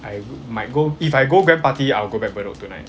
I might go if I go gram party I will go back bedok tonight